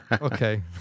okay